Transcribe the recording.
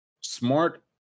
Smart